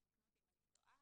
תתקנו אותי אם אני טועה,